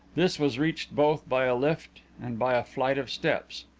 this was reached both by a lift and by a flight of steps.